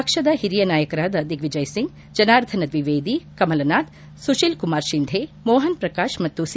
ಪಕ್ಷದ ಹಿರಿಯ ನಾಯಕರಾದ ದಿಗ್ನಿಜಯ್ ಸಿಂಗ್ ಜನಾರ್ಧನ ದ್ವಿವೇದಿ ಕಮಲನಾಥ್ ಸುತೀಲ್ಕುಮಾರ್ ತಿಂಧೆ ಮೋಹನ್ಶ್ರಕಾಶ್ ಮತ್ತು ಸಿ